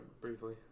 Briefly